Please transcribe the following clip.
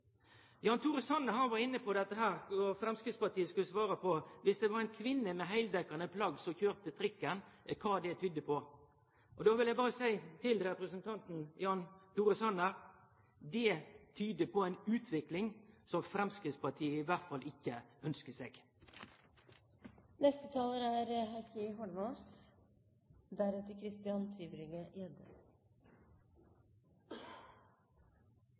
Jan Tore Sanner var inne på – og Framstegspartiet skulle svare på det – kva det tydde på dersom det var ei kvinne med heildekkjande plagg som kjørte trikken. Då vil eg berre seie til representanten Jan Tore Sanner: Det tyder på ei utvikling som Framstegspartiet i alle fall ikkje ønskjer seg. Dette er